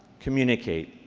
communicate.